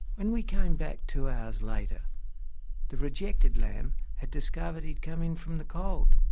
when we came back two hours later the rejected lamb had discovered he'd come in from the cold.